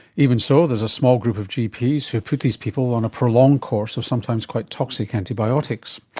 even so, there is a small group of gps who put these people on a prolonged course of sometimes quite toxic antibiotics.